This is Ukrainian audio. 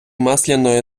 масляної